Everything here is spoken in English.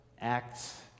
acts